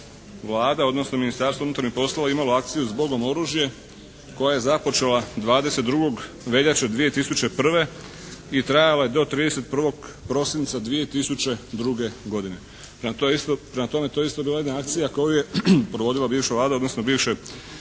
Vlada odnosno Ministarstvo unutarnjih poslova imalo akciju "Zbogom oružje" koja je započela 22. veljače 2001. i trajala je do 31. prosinca 2002. godine. Prema tome, to je isto bila jedna akcija koju je provodila bivša Vlada odnosno bivše